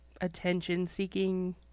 attention-seeking